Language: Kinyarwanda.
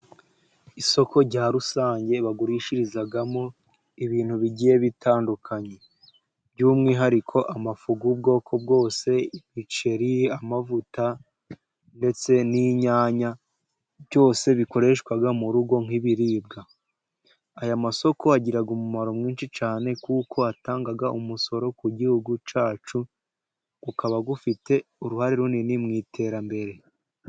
Isoko rya rusange bagurishirizamo ibintu bigiye bitandukanye by'umwihariko:amafu y'ubwoko bwose, imiceri, amavuta ndetse n'inyanya, byose bikoreshwa mu rugo nk'ibiribwa. aya masoko agira umumaro mwinshi cyane kuko atanga umusoro ku gihugu cyacu, ukaba ufite uruhare runini mu iterambere.